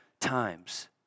times